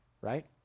right